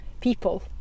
People